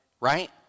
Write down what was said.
Right